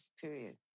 period